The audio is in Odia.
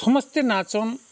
ସମସ୍ତେ ନାଚନ୍